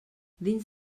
dins